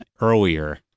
earlier